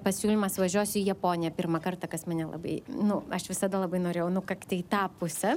pasiūlymas važiuosiu į japoniją pirmą kartą kas mane labai nu aš visada labai norėjau nukakti į tą pusę